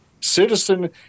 citizen